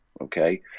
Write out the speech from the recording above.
okay